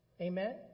Amen